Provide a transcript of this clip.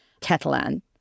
Catalan